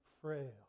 frail